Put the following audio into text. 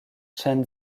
chen